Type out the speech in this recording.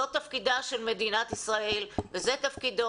זה תפקידה של מדינת ישראל וזה תפקידו